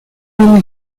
homme